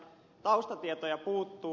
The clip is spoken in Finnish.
taustatietoja puuttuu